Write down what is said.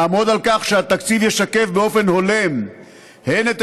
נעמוד על כך שהתקציב ישקף באופן הולם הן את